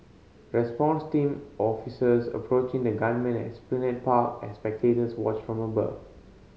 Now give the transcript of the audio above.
response team officers approaching the gunman at Esplanade Park as spectators watch from above